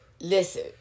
listen